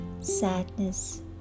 sadness